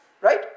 Right